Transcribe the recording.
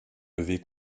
levé